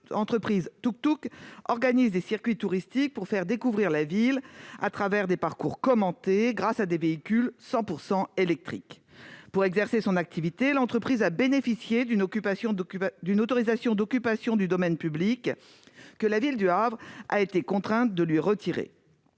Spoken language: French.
entreprise T'tuktuk ? organise des circuits touristiques pour faire découvrir la ville à travers des parcours commentés grâce à des véhicules 100 % électriques. Pour exercer son activité, elle a bénéficié d'une autorisation d'occupation du domaine public, que la ville du Havre a été contrainte de lui retirer.